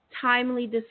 timely